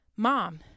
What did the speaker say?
mom